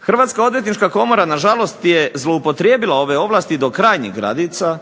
Hrvatska odvjetnička komora na žalost je zloupotrijebila ove ovlasti do krajnjih granica